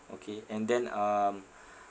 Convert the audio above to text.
okay and then um